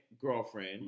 girlfriend